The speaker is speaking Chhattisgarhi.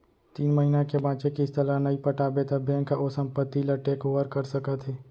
तीन महिना के बांचे किस्त ल नइ पटाबे त बेंक ह ओ संपत्ति ल टेक ओवर कर सकत हे